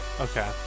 Okay